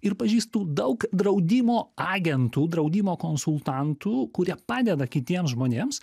ir pažįstų daug draudimo agentų draudimo konsultantų kurie padeda kitiems žmonėms